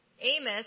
Amos